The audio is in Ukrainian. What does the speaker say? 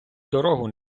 дорогу